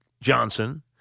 Johnson—